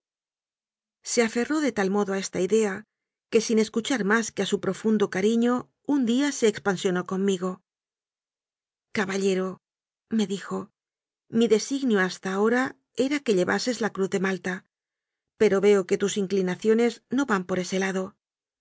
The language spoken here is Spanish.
se aferró de tal modo a esta idea que sin escuchar más que a su profundo cariño un día se expansionó conmigo caballerome dijo mi de signio hasta ahora era que llevases la cruz de malta pero veo que tus inclinaciones no van por ese lado